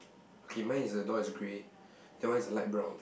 okay mine is the door is grey that one is light brown